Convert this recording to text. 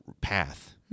path